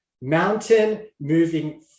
Mountain-moving